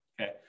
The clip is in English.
Okay